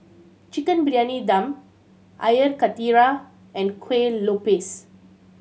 Chicken Briyani Dum Air Karthira and Kuih Lopes